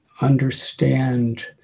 understand